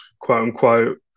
quote-unquote